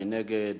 מי נגד?